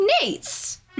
Nate's